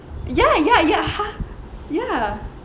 ya ya ya ya